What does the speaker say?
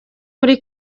kuri